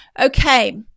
Okay